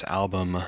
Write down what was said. album